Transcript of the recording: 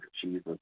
Jesus